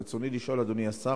רצוני לשאול, אדוני השר: